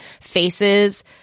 faces